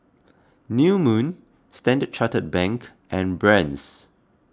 New Moon Standard Chartered Bank and Brand's